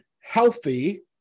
healthy